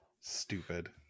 Stupid